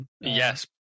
Yes